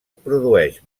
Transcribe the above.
produeix